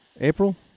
April